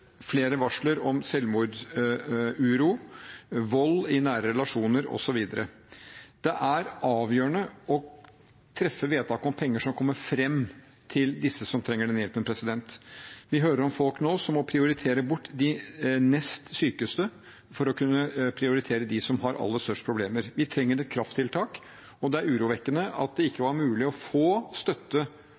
flere varsler om uro for selvmord, vold i nære relasjoner, osv. Det er avgjørende å treffe vedtak om penger som kommer fram til disse som trenger hjelp. Vi hører nå om folk som må prioritere bort de nest sykeste for å kunne prioritere de som har aller størst problemer. Vi trenger et krafttiltak, og det er urovekkende at det ikke var mulig å få støtte